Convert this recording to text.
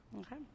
Okay